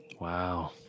Wow